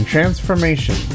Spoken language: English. Transformation